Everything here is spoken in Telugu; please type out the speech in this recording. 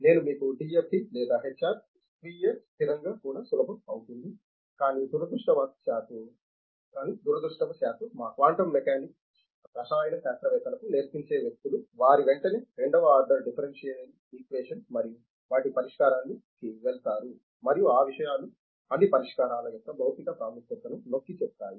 నేను మీకు DFD లేదా HR టైమ్ 3056 చూడండి స్వీయ స్థిరంగా కూడా సులభం అవుతుంది కానీ దురదృష్టవశాత్తు మా క్వాంటం మెకానిక్స్ రసాయన శాస్త్రవేత్తలకు నేర్పించే వ్యక్తులు వారు వెంటనే రెండవ ఆర్డర్ డిఫరెన్షియల్ ఈక్వేషన్ మరియు వాటి పరిష్కారానికి వెళతారు మరియు ఆ విషయాలు అన్ని పరిష్కారాల యొక్క భౌతిక ప్రాముఖ్యతను నొక్కి చెప్తాయి